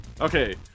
Okay